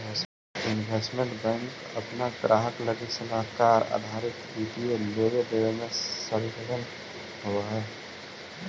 investment bank अपना ग्राहक लगी सलाहकार आधारित वित्तीय लेवे देवे में संलग्न होवऽ हई